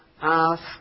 ask